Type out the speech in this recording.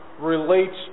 relates